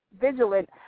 vigilant